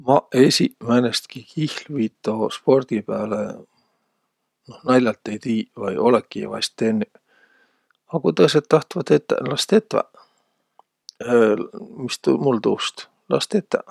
Maq esiq määnestki kihlvito spordi pääle, noh, nal'alt ei tiiq vai olõki-i vaest tennüq. A ku tõõsõq tahtvaq tetäq, las tetäq, mis mul tuust, las tetäq.